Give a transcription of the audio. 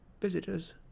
visitors